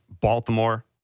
Baltimore